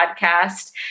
Podcast